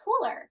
cooler